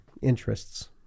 interests